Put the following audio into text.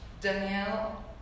Danielle